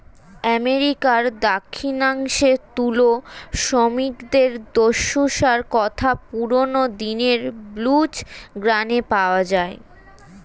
আমেরিকার দক্ষিণাংশে তুলো শ্রমিকদের দুর্দশার কথা পুরোনো দিনের ব্লুজ গানে পাওয়া যায়